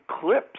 clips